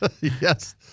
Yes